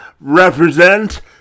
represent